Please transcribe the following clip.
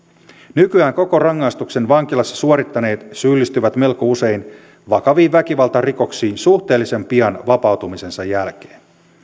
nykyään koko rangaistuksen vankilassa suorittaneet syyllistyvät melko usein vakaviin väkivaltarikoksiin suhteellisen pian vapautumisensa jälkeen